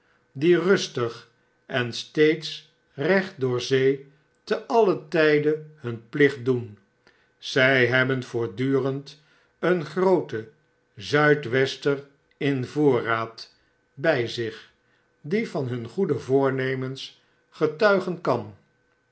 die rustig en steeds recht door zee te alien tijde hun plicht doen zij hebben voortdurend een grooten zuid wester in voorraad bij zich die van hun goede voornemens getuigen kan